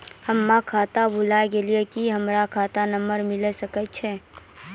हमर खाता भुला गेलै, की हमर खाता नंबर मिले सकय छै?